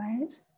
Right